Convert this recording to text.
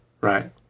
right